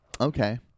Okay